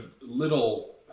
little